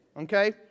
okay